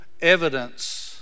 evidence